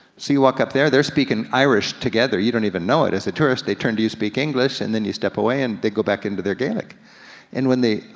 you walk up there, they're speaking irish together, you don't even know it. as a tourist, they turn to you, speak english, and then you step away, and they go back into their gaelic and when they,